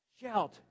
Shout